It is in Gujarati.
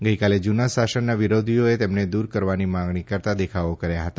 ગઈકાલે જુના શાસનના વિરોધીઓએ તેમને દુર કરવાની માંગણી કરતા દેખાવો કર્યા હતા